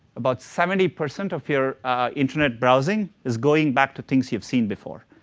about seventy percent of your internet browsing is going back to things you've seen before.